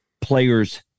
players